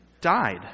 died